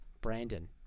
Brandon